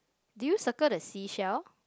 do you circle the sea shell